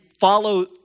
follow